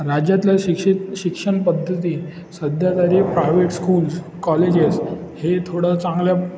राज्यातल्या शिक्षित शिक्षण पद्धती सध्या तरी प्रायव्हेट स्कूल्स कॉलेजेस हे थोडं चांगल्या